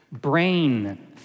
brain